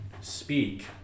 speak